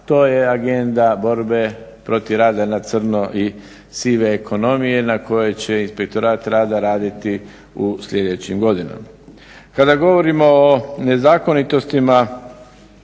To je agenda borbe protiv rada na crno i sive ekonomije na kojoj će inspektorat rada raditi u sljedećim godinama. Kada govorimo o nezakonitostima